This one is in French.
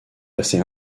passer